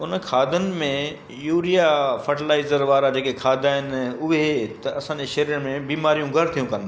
उन खाधनि में यूरिया फर्टिलाइजर वारा जेके खाधा आहिनि उहे त असांजे शरीर में बीमारियूं घरु थियूं कनि